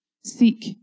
Seek